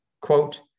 quote